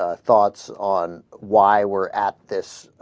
ah thoughts on why were apt this